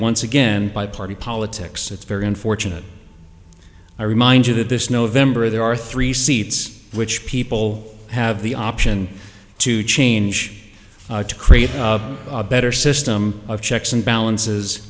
once again by party politics it's very unfortunate i remind you that this november there are three seats which people have the option to change to create a better system of checks and balances